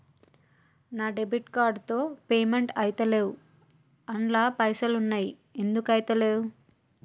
నా debit card తో payment ఐతలేవ్ అండ్ల పైసల్ ఉన్నయి ఎందుకు ఐతలేవ్?